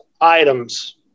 items